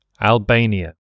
Albania